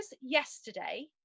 yesterday